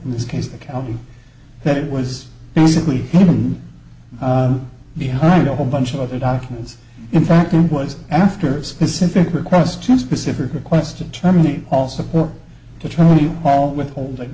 in this case the county that it was basically leaving behind a whole bunch of other documents in fact it was after a specific request to specific requests to terminate all support to try to be all withholding